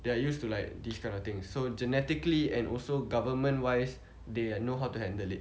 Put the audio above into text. they are used to like this kind of thing so genetically and also government wise they know how to handle it